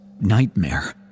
nightmare